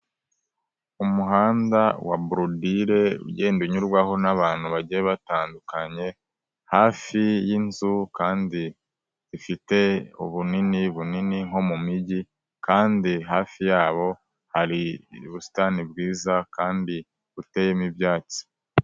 Umuhanda wa borodire ugenda unyurwaho n'abantu bagiye batandukanye, hafi yinzu kandi ifite ubunini bunini nko mumijyi kandi hafi yawo hari ubusitani bwiza, kandi butemo ibyatsi.